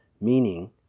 meaning